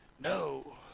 no